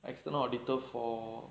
external auditor for